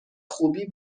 خوبی